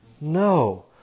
No